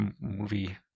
movie